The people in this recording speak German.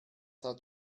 hat